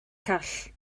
call